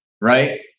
Right